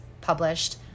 published